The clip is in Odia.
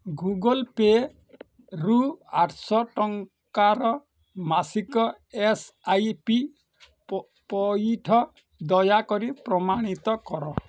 ଗୁଗଲ୍ ପେରୁ ଆଠଶହ ଟଙ୍କାର ମାସିକ ଏସ୍ ଆଇ ପି ପୈଠ ଦୟାକରି ପ୍ରମାଣିତ କର